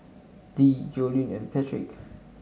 Dee Joellen and Patric